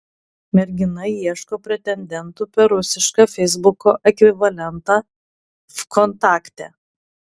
mergina ieško pretendentų per rusišką feisbuko ekvivalentą vkontakte